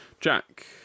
Jack